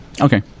Okay